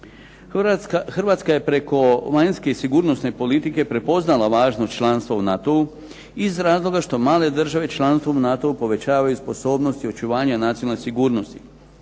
Hrvatska je preko vanjske sigurnosne politike prepoznala važnost članstva u NATO-u iz razloga što male države članstvom u NATO-u povećavaju sposobnost i očuvanje nacionale sigurnosti.